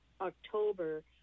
October